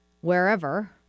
wherever